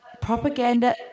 propaganda